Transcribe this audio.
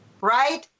right